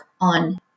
on